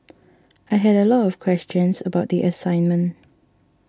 I had a lot of questions about the assignment